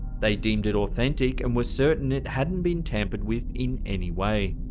they deemed it authentic, and were certain it hadn't been tampered with in any way.